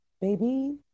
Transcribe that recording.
baby